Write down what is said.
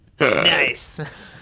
Nice